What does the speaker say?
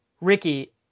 Ricky